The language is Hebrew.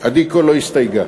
עדי קול לא הסתייגה.